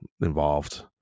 involved